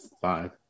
Five